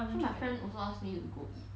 my friend also ask me to go eat